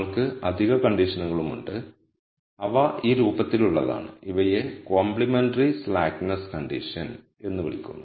നമ്മൾക്ക് അധിക കണ്ടീഷനുകളും ഉണ്ട് അവ ഈ രൂപത്തിലുള്ളതാണ് ഇവയെ കോംപ്ലിമെന്ററി സ്ലാക്ക്നെസ് കണ്ടീഷൻ എന്ന് വിളിക്കുന്നു